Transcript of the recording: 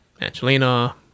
Angelina